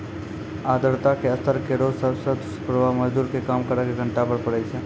आर्द्रता के स्तर केरो सबसॅ दुस्प्रभाव मजदूर के काम करे के घंटा पर पड़ै छै